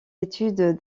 études